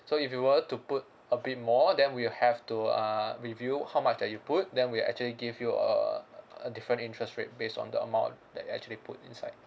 so if you were to put a bit more then we'll have to uh review how much that you put then we'll actually give you a different interest rate based on the amount that you actually put inside